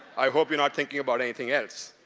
i hope you're not thinking about anything else.